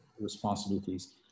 responsibilities